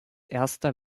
erster